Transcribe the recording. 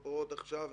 הפרעות עכשיו,